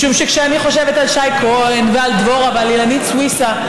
משום שכשאני חושבת על שי כהן ועל דבורה ועל אילנית סוויסה,